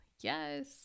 Yes